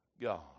God